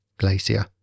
glacier